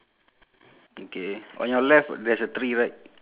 ah ya okay okay so only